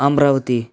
Amravati